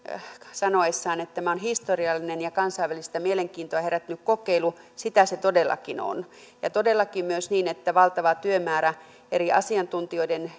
sanoessaan että tämä on historiallinen ja kansainvälistä mielenkiintoa herättänyt kokeilu sitä se todellakin on ja todellakin on myös niin että valtava työmäärä eri asiantuntijoiden